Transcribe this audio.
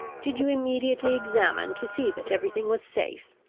did you immediately examine to see that every thing was safe?